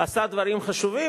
עשה דברים חשובים,